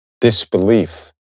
disbelief